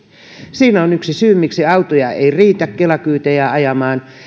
siinä on yksi syy miksi autoja ei riitä kela kyytejä ajamaan